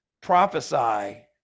prophesy